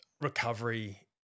recovery